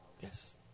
Yes